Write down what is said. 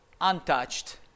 untouched